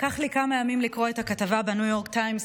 לקח לי כמה ימים לקרוא את הכתבה בניו יורק טיימס,